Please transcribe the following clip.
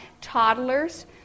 toddlers